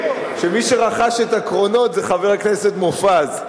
שמי שרכש את הקרונות זה חבר הכנסת מופז.